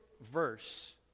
verse